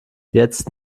jetzt